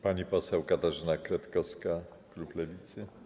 Pani poseł Katarzyna Kretkowska, klub Lewica.